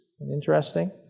Interesting